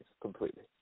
completely